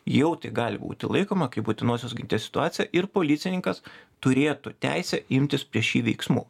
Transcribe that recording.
jau tai gali būti laikoma kaip būtinosios ginties situacija ir policininkas turėtų teisę imtis prieš jį veiksmų